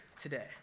today